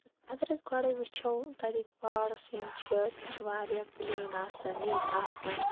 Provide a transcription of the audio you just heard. اَگر أسۍ گۄڈٕے وُچھو تَتِکۍ واڑٕس یِم چھِ تِم چھِ واریاہ کٕلیٖن آسان نیٖٹ آسان